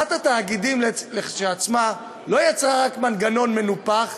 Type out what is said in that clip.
הקמת התאגידים כשלעצמה לא יצרה רק מנגנון מנופח,